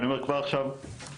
ואני אומר כבר עכשיו לעתיד,